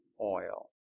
oil